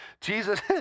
Jesus